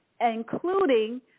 including